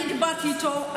אני דיברתי איתו,